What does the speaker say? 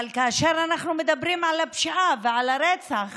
אבל כאשר אנחנו מדברים על הפשיעה ועל הרצח